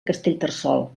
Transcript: castellterçol